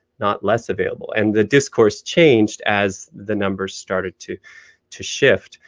not less available and the discower changed as the numbers started to to shift.